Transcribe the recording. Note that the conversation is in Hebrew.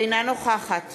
אינה נוכחת